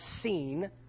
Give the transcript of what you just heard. seen